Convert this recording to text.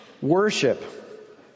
Worship